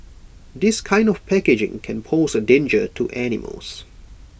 this kind of packaging can pose A danger to animals